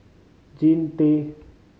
Jean Tay